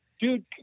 Dude